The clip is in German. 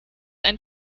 ein